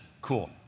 cool